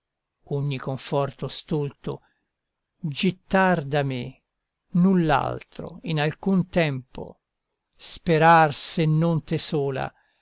ogni conforto stolto gittar da me null'altro in alcun tempo sperar se non te sola